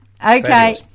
Okay